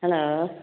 hello